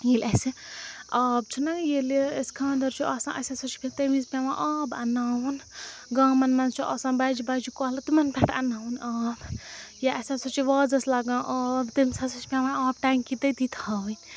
ییٚلہِ اَسہِ آب چھُنہ ییٚلہِ أسۍ خانٛدَر چھُ آسان اَسہِ ہَسا چھِ تَمہِ وِزِ پٮ۪وان آب اَنٛناوُن گامَن مَنٛز چھُ آسان بَجہِ بَجہِ کۄلہٕ تِمَن پٮ۪ٹھ انٛناوُن آب یا اَسہِ ہَسا چھِ وازَس لَگان آب تٔمِس ہَسا چھِ پٮ۪وان آبہٕ ٹٮ۪نٛکی تٔتی تھاوٕنۍ